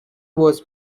was